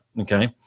okay